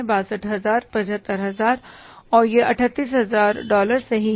62000 75000 और यह 38000 डॉलर सही है